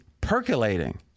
percolating